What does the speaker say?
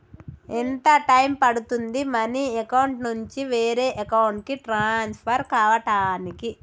ఎంత టైం పడుతుంది money account నుంచి వేరే అకౌంట్ కి ట్రాన్స్ఫర్ కావటానికి?